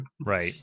right